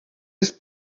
jest